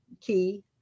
key